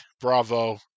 Bravo